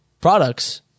products